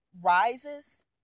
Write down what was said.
rises